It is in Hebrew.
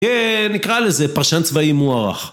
כן, נקרא לזה פרשן צבאי מוח